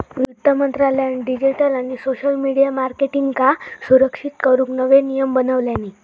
वित्त मंत्रालयान डिजीटल आणि सोशल मिडीया मार्केटींगका सुरक्षित करूक नवे नियम बनवल्यानी